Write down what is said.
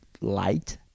light